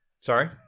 Sorry